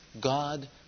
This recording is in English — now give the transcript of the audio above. God